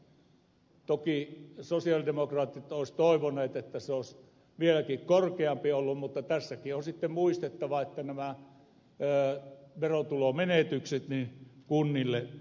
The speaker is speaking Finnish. toki sosialidemokraatit olisivat toivoneet että se olisi vieläkin korkeampi ollut mutta tässäkin on sitten muistettava että nämä verotulomenetykset kunnille korvataan